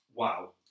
Wow